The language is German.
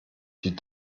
die